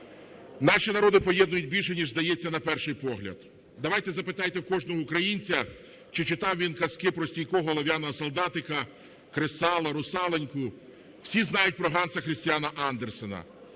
Наші народи поєднують більше, ніж здається на перший погляд. Давайте запитайте кожного українця, чи читав він казки про "Стійкого олов'яного солдатика", "Кресало", "Русалоньку". Всі знають про Ганса Крістіана Андерсена,